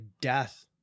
death